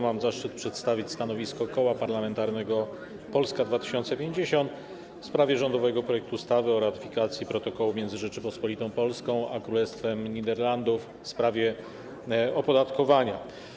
Mam zaszczyt przedstawić stanowisko Koła Parlamentarnego Polska 2050 w sprawie rządowego projektu ustawy o ratyfikacji protokołu między Rzecząpospolitą Polską a Królestwem Niderlandów w sprawie opodatkowania.